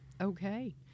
Okay